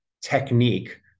technique